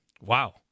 Wow